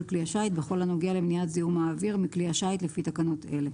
כלי השיט בכל הנוגע למניעת זיהום האוויר מכלי השיט לפי תקנות אלה.